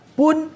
pun